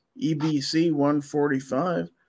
EBC145